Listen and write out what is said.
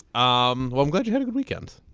um i'm glad you had a good weekend.